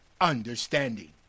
Understanding